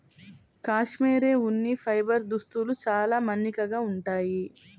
cashmere ఉన్ని fibre దుస్తులు చాలా మన్నికగా ఉంటాయి